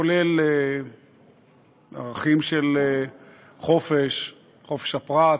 כולל ערכים של חופש הפרט,